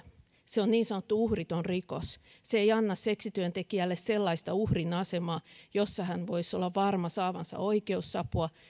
se on niin sanottu uhriton rikos se ei anna seksityöntekijälle sellaista uhrin asemaa jossa hän voisi olla varma saavansa oikeusapua